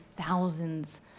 thousands